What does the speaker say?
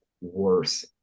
worse